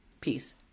Peace